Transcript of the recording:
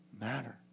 matter